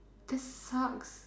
that sucks